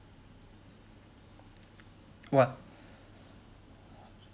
what